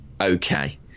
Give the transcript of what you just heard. okay